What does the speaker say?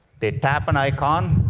they tap an icon,